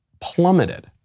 plummeted